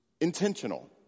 intentional